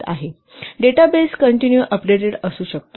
data base continue updated असू शकतो